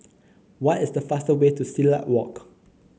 what is the fastest way to Silat Walk